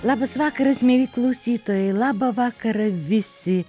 labas vakaras mieli klausytojai labą vakarą visi